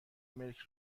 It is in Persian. ملک